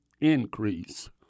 increase